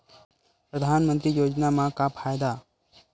परधानमंतरी योजना म का फायदा?